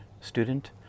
student